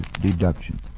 deduction